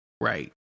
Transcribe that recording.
right